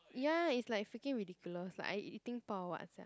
ya it's like freaking ridiculous like I eating Bao or what sia